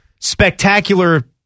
spectacular